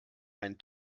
einen